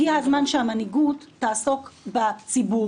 הגיעה הזמן שהמנהיגות תעסוק בציבור.